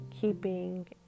keeping